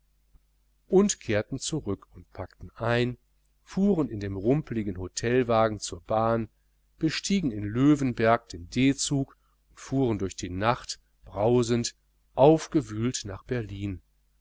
und kehrten zurück und packten ein fuhren in dem rumpligen hotelwagen zur bahn bestiegen in löwenberg den d zug und fuhren durch die nacht brausend aufgewühlt nach berlin